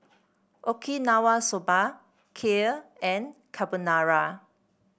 Okinawa Soba Kheer and Carbonara